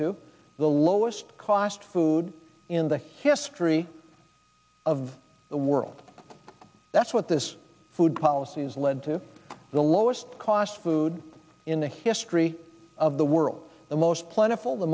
to the lowest cost food in the history of the world that's what this food policy has led to the lowest cost food in the history of the world the most plentiful the